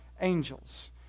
angels